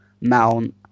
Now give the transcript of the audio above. Mount